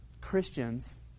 Christians